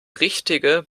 richtige